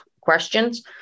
questions